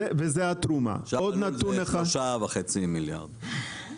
זה 3.5 מיליארד.